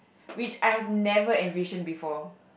which I have never envision before